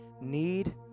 need